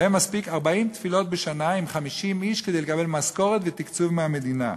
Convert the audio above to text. ולהם מספיק 40 תפילות בשנה עם 50 איש כדי לקבל משכורת ותקצוב מהמדינה.